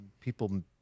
people